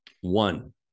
One